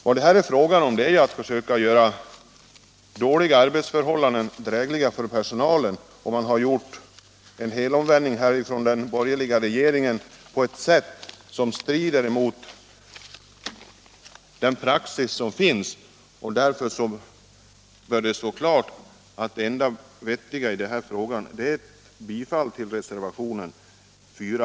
Vad det är fråga om är att försöka göra dåliga arbetsförhållanden drägliga för personalen. Den borgerliga regeringen har i den frågan gjort en helomvändning på ett sätt som strider mot praxis. Därför bör det stå klart att det enda vettiga nu är ett bifall till reservationen 4.